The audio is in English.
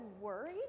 worried